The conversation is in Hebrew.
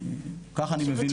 כך אני מבין לפחות.